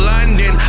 London